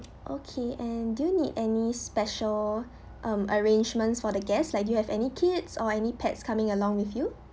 okay and do you need any special um arrangements for the guests like you have any kids or any pets coming along with you